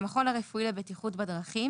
"המכון הרפואי לבטיחות בדרכים"